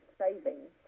savings